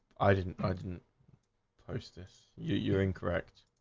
i didn't i didn't hostess you you're incorrect